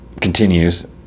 continues